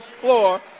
floor